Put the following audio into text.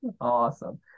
Awesome